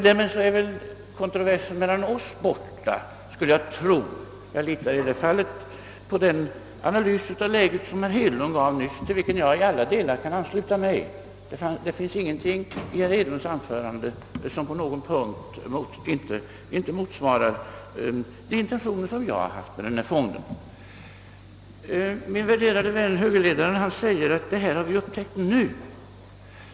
Därmed är väl kontrover sen mellan oss ur världen skulle jag tro. Jag litar i det fallet på den analys av läget som herr Hedlund gav nyss och till vilken jag i alla delar kan ansluta mig. Det finns ingenting där som inte motsvarar de intentioner jag haft med denna fond. Min värderade vän högerledaren siäger att vi upptäckt dessa förhållanden nu.